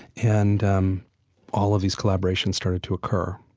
and um all of these collaborations started to occur.